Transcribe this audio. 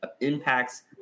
impacts